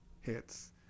hits